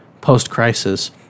post-crisis